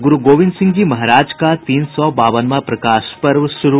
और गुरू गोविंद सिंह जी महाराज का तीन सौ बावनवां प्रकाश पर्व शुरू